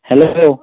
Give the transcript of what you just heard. hello